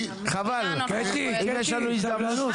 חבל, אם יש לנו הזדמנות.